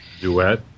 duet